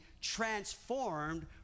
transformed